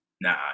nah